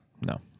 No